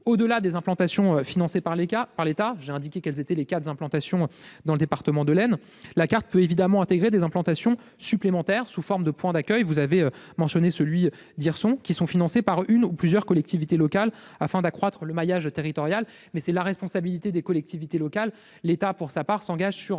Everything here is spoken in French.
Au-delà des implantations financées par l'État, que j'ai énumérées pour ce qui concerne le département de l'Aisne, la carte peut évidemment intégrer des implantations supplémentaires, sous forme de points d'accueil- vous avez mentionné celui d'Hirson -financés par une ou plusieurs collectivités locales afin d'accroître le maillage territorial. C'est la responsabilité des collectivités locales. Pour sa part, l'État s'engage sur